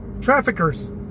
Traffickers